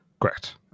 Correct